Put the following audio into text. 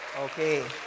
okay